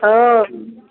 ओ